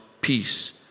peace